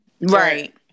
Right